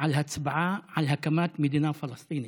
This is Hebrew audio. על הצבעה על הקמת מדינה פלסטינית,